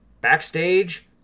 backstage